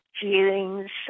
feelings